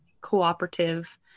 cooperative